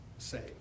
say